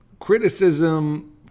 criticism